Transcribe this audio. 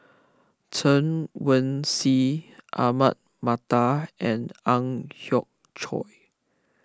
Chen Wen Hsi Ahmad Mattar and Ang Hiong Chiok